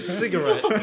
cigarette